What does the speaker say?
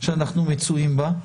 שאנחנו מצויים בה.